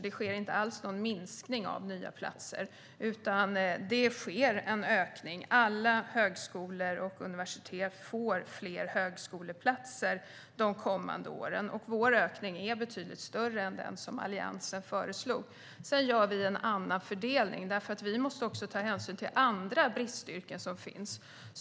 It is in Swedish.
Det sker inte alls någon minskning av nya platser, utan det sker en ökning. Alla högskolor och universitet får fler högskoleplatser de kommande åren. Vår ökning är betydligt större än den som Alliansen föreslog. Men vi gör en annan fördelning, för vi måste också ta hänsyn till de andra bristyrken som finns.